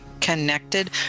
connected